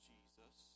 Jesus